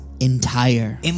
Entire